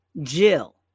Jill